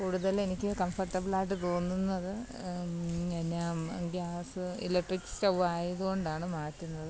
കൂടുതൽ എനിക്ക് കംഫർട്ടബളായിട്ട് തോന്നുന്നത് എന്നാം ഗ്യാസ് ഇലക്ട്രിക് സ്റ്റൌ ആയതുകൊണ്ടാണ് മാറ്റുന്നത്